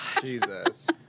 Jesus